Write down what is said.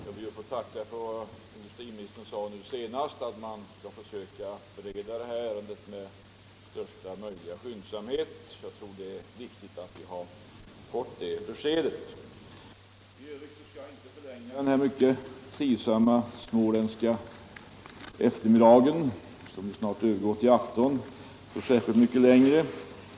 Herr talman! Jag ber att få tacka för vad industriministern sade senast: att man skall försöka bereda det här ärendet med största möjliga skyndsamhet. Jag tror att det är viktigt att vi har fått det beskedet. I övrigt skall jag inte förlänga den här mycket trivsamma småländska eftermiddagen, som snart övergår till afton, särskilt mycket längre.